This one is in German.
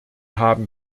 haben